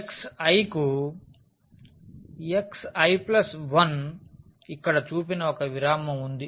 xi కు xi 1 ఇక్కడ చూపిన ఒక విరామం అది